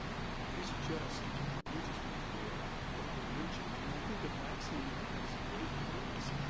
it's just. we're just not there for prevention and i think a vaccine has great promise.